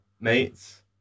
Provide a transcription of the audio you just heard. mates